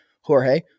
Jorge